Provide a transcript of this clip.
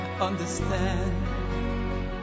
understand